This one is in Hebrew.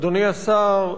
אדוני השר,